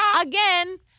again